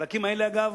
בחלקים האלה, אגב,